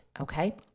Okay